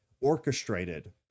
orchestrated